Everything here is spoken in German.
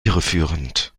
irreführend